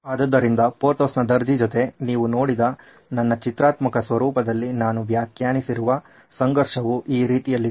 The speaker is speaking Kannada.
ಆದ್ದರಿಂದ ಪೋರ್ಥೋಸ್ನ ದರ್ಜಿ ಜೊತೆ ನೀವು ನೋಡಿದ ನನ್ನ ಚಿತ್ರಾತ್ಮಕ ಸ್ವರೂಪದಲ್ಲಿ ನಾನು ವ್ಯಾಖ್ಯಾನಿಸಿರುವ ಸಂಘರ್ಷವು ಈ ರೀತಿಯಲ್ಲಿದೆ